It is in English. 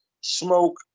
smoke